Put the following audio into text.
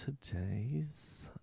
today's